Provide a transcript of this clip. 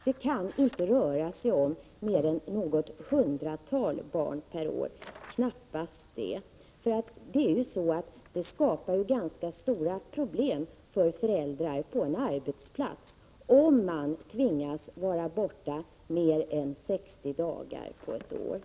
Det kan inte röra sig om mer än något hundratal barn per år, snarare färre än så. Det skapar ganska stora problem på arbetsplatsen när föräldrar tvingas vara borta mer än 60 dagar på ett år.